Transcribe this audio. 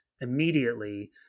immediately